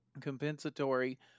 compensatory